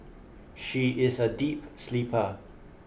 she is a deep sleeper